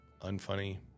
Unfunny